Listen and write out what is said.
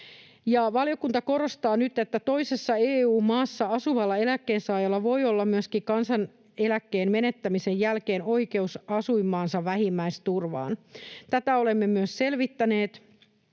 Valiokunta korostaa nyt, että toisessa EU-maassa asuvalla eläkkeensaajalla voi olla myöskin kansaneläkkeen menettämisen jälkeen oikeus asuinmaansa vähimmäisturvaan. Tätä olemme myös selvittäneet